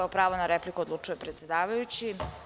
O pravu na repliku odlučuje predsedavajući.